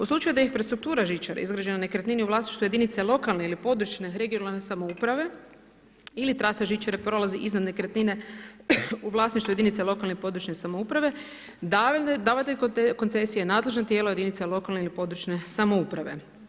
U slučaju da infrastrukture žičare izgrađena u nekretnini vlasništvu jedinice lokalne ili područne, regionalne samouprave ili trasa žičare prolazi iznad nekretnine u vlasništvu jedinice lokalne i područne samouprave davatelj koncesija je nadležno tijela jedinice lokalne ili područne samouprave.